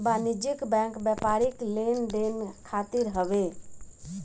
वाणिज्यिक बैंक व्यापारिक लेन देन खातिर हवे